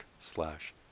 slash